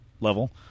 level